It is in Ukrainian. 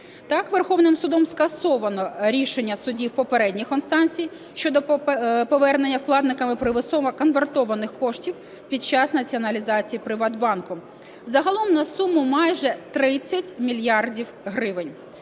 Так Верховним Судом скасоване рішення судів попередніх інстанцій щодо повернення вкладникам примусово конвертованих коштів під час націоналізації "ПриватБанку" загалом на суму майже 30 мільярдів гривень.